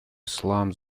ислам